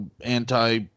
anti